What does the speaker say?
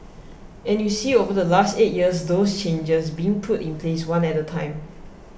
and you see over the last eight years those changes being put in place one at a time